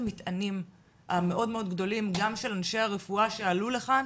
המטענים הגדולים מאוד גם של אנשי הרפואה שעלו לכאן,